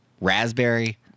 Raspberry